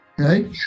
okay